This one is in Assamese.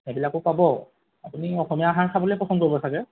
সেইবিলাকো পাব আপুনি অসমীয়া আহাৰ খাবলৈয়ে পচন্দ কৰিব চাগৈ